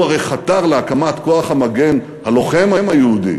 הוא הרי חתר להקמת כוח המגן הלוחם היהודי